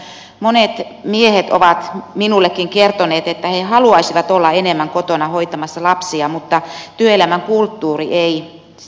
monet miehet ovat minullekin kertoneet että he haluaisivat olla enemmän kotona hoitamassa lapsia mutta työelämän kulttuuri ei tue tätä